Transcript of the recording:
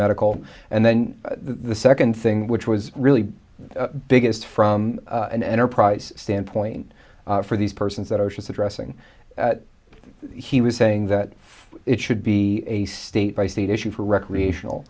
medical and then the second thing which was really the biggest from an enterprise standpoint for these persons that osha's addressing he was saying that it should be a state by state issue for recreational